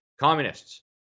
communists